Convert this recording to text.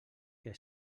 que